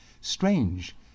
Strange